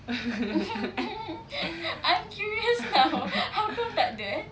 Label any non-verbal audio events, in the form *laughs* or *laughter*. *laughs*